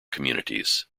communities